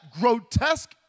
grotesque